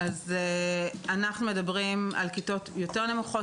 אנחנו מדברים על כיתות נמוכות יותר.